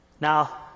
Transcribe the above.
Now